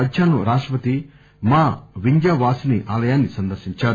మధ్యాహ్నం రాష్టపతి మా వింధ్యవాసిని ఆలయాన్ని సందర్భించారు